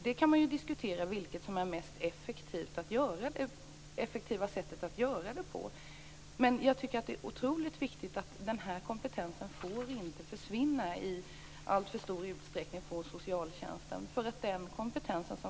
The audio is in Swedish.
Man kan diskutera vilket sätt som är mest effektivt, men jag tycker att det är oerhört viktigt att denna kompetens inte försvinner i alltför stor utsträckning inom socialtjänsten.